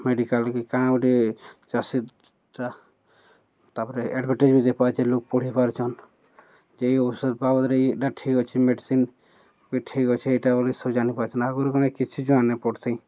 medical କି କାଁ ଗୋଟେ ଚାଷୀଟା ତାପରେ ଆଡ଼ଭଟାଇଜ୍ ବି ପଢ଼ି ପାରୁଛନ୍ ଯେ ଔଷଧ ପାବଦରେ ଏଇଟା ଠିକ୍ ଅଛି ମେଡ଼ିସିନ୍ ବି ଠିକ୍ ଅଛି ଏଇଟା ବୋଲି ସବୁ ଜାଣିପାରୁଛନ୍ ଆଗରୁ କା କିଛି ଜନା ନାଇଁ ପଡ଼ଥଇ